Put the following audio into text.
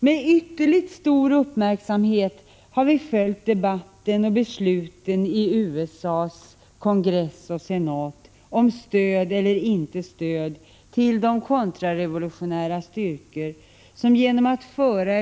Med ytterligt stor uppmärksamhet har vi följt debatten och besluten i USA:s kongress och senat om stöd eller inte stöd till de kontrarevolutionära styrkor som, genom att föra ett — Prot.